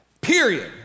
Period